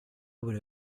would